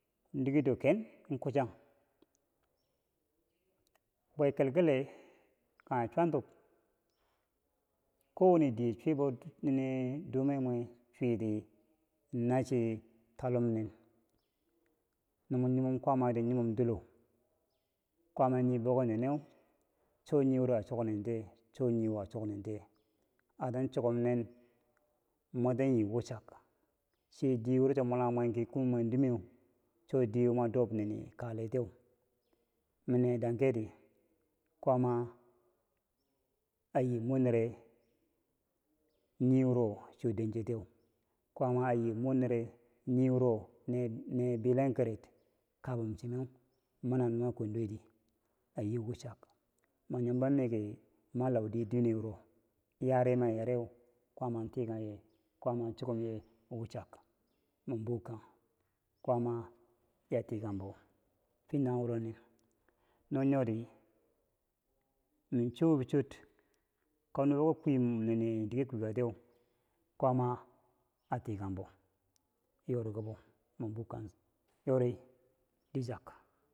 digedo ken kuchang bwekekele kanghe chwantubo kowane diye chwibo nini dume mweu chwiti nachi twalumnen no mo nyimon kwaamadi nyimo dilo kwaama nii bau ki neneu cho niworo a choknen tiye cho ni wo a choknen tiye atan chokumnen motan yii wichak sai diyewo cha molangmwen ki kume mweu dime cho diyewo mwa dob nini dom kaletiye min nee dankeh kwaama a yii mor nere nowuro cho denchetiyeu kwaama ayu mo nere niwuro nee bile kerer kabum chemeu mani a nuwa kwenduweti ayii wichak ma nyimbo miki ma lam doweni duwene wuro yare ma yare kwaama tikangye. kwaama chokumye wichak man bukang kwaama a tikangbo fyeentanghe wuni mi chobichore kom nubo ka bwi dike kwikatiye kwaama a tikanghebo yorikabou min bukang yori dichak.